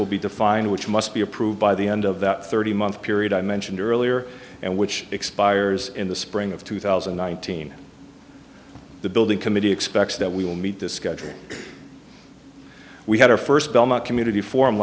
will be defined which must be approved by the end of that thirty month period i mentioned earlier and which expires in the spring of two thousand and nineteen the building committee expects that we will meet this schedule we had our first belmont community forum